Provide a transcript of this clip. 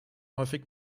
häufig